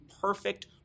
perfect